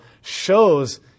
shows